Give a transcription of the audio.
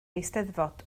eisteddfod